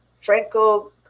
Franco